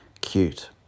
Cute